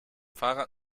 fahrrad